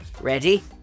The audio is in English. Ready